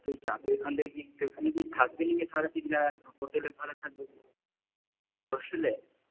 তুই যাবি ওখানে গিয়ে ওখানে গিয়ে থাকবি নাকি সারাদিন না হোটেলে ভাড়া থাকবি হোস্টেলে